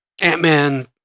Ant-Man